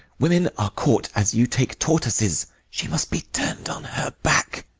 women are caught as you take tortoises, she must be turn'd on her back.